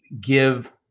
give